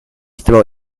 throw